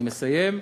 אני מסיים.